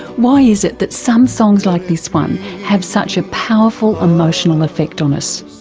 why is it that some songs like this one have such a powerful emotional effect on us?